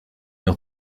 leur